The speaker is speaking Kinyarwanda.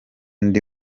ndi